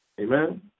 Amen